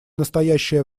настоящее